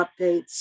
updates